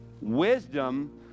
Wisdom